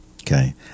okay